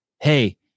hey